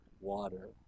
water